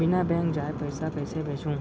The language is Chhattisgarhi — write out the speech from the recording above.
बिना बैंक जाए पइसा कइसे भेजहूँ?